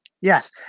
Yes